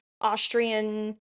Austrian